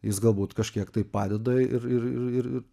jis galbūt kažkiek tai padeda ir ir ir ir